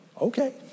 Okay